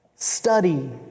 Study